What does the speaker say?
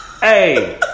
Hey